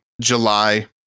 July